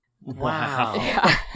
Wow